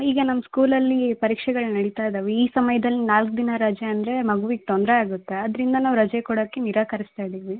ಈಗ ನಮ್ಮ ಸ್ಕೂಲಲ್ಲಿ ಪರೀಕ್ಷೆಗಳು ನಡೀತಾ ಇದಾವೆ ಈ ಸಮಯ್ದಲ್ಲಿ ನಾಲ್ಕು ದಿನ ರಜೆ ಅಂದರೆ ಮಗುವಿಗೆ ತೊಂದರೆ ಆಗುತ್ತೆ ಆದ್ರಿಂದ ನಾವು ರಜೆ ಕೊಡೋಕ್ಕೆ ನಿರಾಕರಿಸ್ತಾ ಇದ್ದೀವಿ